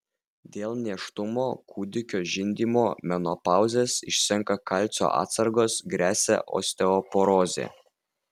dėl nėštumo kūdikio žindymo menopauzės išsenka kalcio atsargos gresia osteoporozė